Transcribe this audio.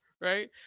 Right